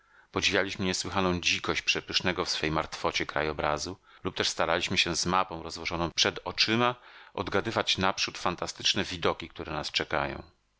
podziwialiśmy niesłychaną dzikość przepysznego w swej martwocie krajobrazu lub też staraliśmy się z mapą rozłożoną przed oczyma odgadywać naprzód fantastyczne widoki które nas czekają